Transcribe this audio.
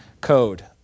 code